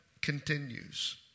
continues